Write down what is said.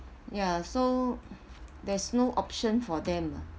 ya so there's no option for them